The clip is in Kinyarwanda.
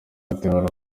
atemera